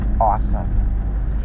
awesome